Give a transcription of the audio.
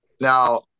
Now